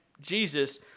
Jesus